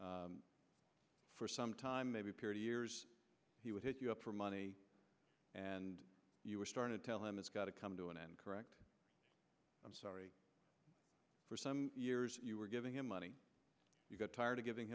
money for some time maybe purity years he would hit you up for money and you were started tell him it's got to come to an end correct i'm sorry for some years you were giving him money you got tired of giving